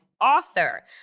author